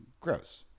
gross